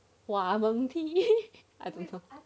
!wah! I'm a